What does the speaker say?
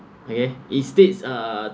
okay it states uh